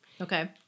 Okay